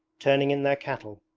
turning in their cattle.